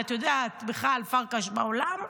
ואת יודעת בכלל בעולם,